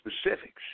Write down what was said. specifics